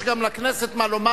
יש גם לכנסת מה לומר.